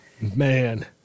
Man